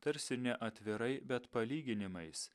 tarsi ne atvirai bet palyginimais